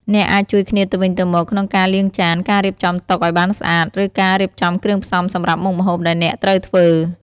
អ្នកអាចជួយគ្នាទៅវិញទៅមកក្នុងការលាងចាន ការរៀបចំតុឱ្យបានស្អាត ឬការរៀបចំគ្រឿងផ្សំសម្រាប់មុខម្ហូបដែលអ្នកត្រូវធ្វើ។